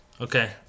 Okay